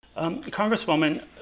Congresswoman